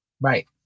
Right